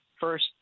first